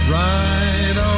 right